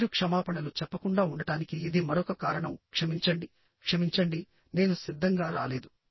మీరు క్షమాపణలు చెప్పకుండా ఉండటానికి ఇది మరొక కారణం క్షమించండి క్షమించండి నేను సిద్ధంగా రాలేదు